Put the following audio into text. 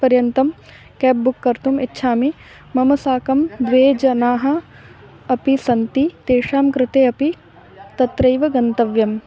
पर्यन्तं cab book कर्तुम् इच्छामि मम साकं द्वे जनाः अपि सन्ति तेषां कृते अपि तत्रैव गन्तव्यं